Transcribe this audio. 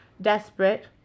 desperate